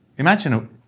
Imagine